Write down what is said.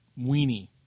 weenie